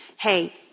hey